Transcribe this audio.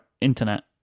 internet